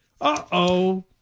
Uh-oh